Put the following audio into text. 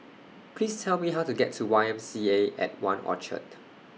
Please Tell Me How to get to Y M C A At one Orchard